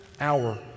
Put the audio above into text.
hour